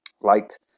liked